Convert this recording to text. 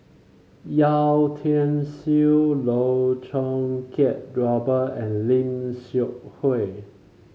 Yeo Tiam Siew Loh Choo Kiat Robert and Lim Seok Hui